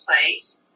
place